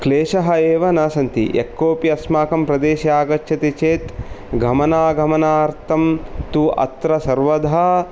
क्लेशः एव न सन्ति यक्कोपि अस्माकं प्रदेशे आगच्छति चेत् गमनागमनार्थं तु अत्र सर्वदा